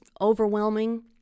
overwhelming